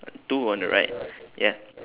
two on the right ya